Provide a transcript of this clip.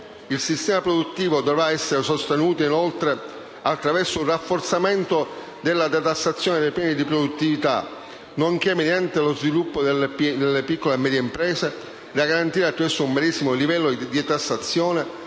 Il sistema produttivo dovrà essere sostenuto, inoltre, attraverso un rafforzamento della detassazione dei premi di produttività, nonché mediante lo sviluppo delle piccole e medie imprese, da garantire attraverso un medesimo livello di tassazione